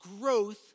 growth